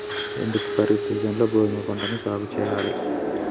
ఎందుకు ఖరీఫ్ సీజన్లో గోధుమ పంటను సాగు చెయ్యరు?